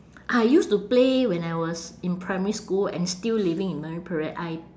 I used to play when I was in primary school and still living in marine parade I